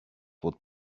would